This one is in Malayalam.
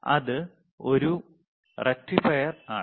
ഇത് ഒരു റക്റ്റിഫയർ ആണ്